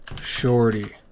shorty